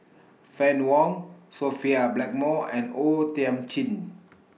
Fann Wong Sophia Blackmore and O Thiam Chin